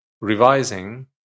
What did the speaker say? revising